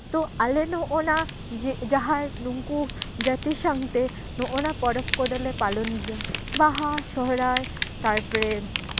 ᱛᱳ ᱟᱞᱮ ᱱᱚᱜᱼᱚ ᱱᱟ ᱡᱮ ᱡᱟᱦᱟᱸ ᱱᱩᱝᱠᱩ ᱡᱟᱹᱛᱤ ᱥᱟᱶᱛᱮ ᱱᱚᱜᱼᱚ ᱱᱟ ᱯᱚᱨᱚᱵᱽ ᱠᱚᱫᱚᱞᱮ ᱯᱟᱞᱚᱱ ᱜᱮᱭᱟ ᱵᱟᱦᱟ ᱥᱚᱦᱨᱟᱭ ᱛᱟᱨᱯᱚᱨᱮ